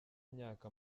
myaka